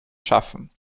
schaffen